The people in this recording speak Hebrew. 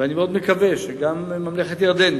ואני מאוד מקווה שגם ממלכת ירדן,